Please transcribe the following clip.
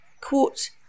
quote